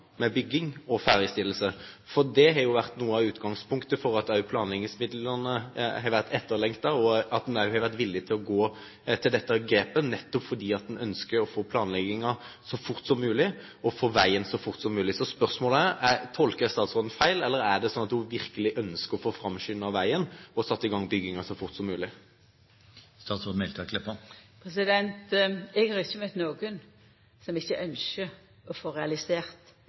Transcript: med bygging og ferdigstillelse. Det har jo vært noe av utgangspunktet for at planleggingsmidlene har vært etterlengtet og at en også har vært villig til å ta dette grepet, at en nettopp ønsker å komme i gang med planleggingen så fort som mulig, og få veien ferdig så fort som mulig. Så spørsmålet er: Tolker jeg statsråden feil, eller er det sånn at hun virkelig ønsker å få framskyndet veien og få satt i gang byggingen så fort som mulig? Eg har ikkje møtt nokon som ikkje ynskjer å få realisert